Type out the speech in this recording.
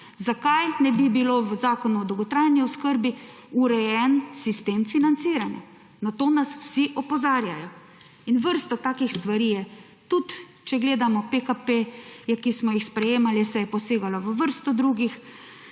Zakaj ne bi bilo v zakonu o dolgotrajni oskrbi urejen sistem financiranja, na to nas vsi opozarjajo. In vrsto takih stvari je. Tudi če gledamo PKP-je, ki smo jih sprejemali, se je posegalo v vrsto drugih